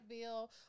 bill